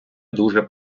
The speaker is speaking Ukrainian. дуже